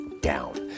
down